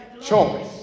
choice